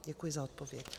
Děkuji za odpověď.